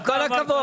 עם כל הכבוד.